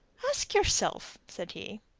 ask yourself, said he.